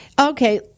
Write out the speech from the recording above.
Okay